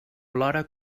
plora